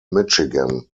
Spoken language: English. michigan